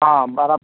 हॅं बर्फ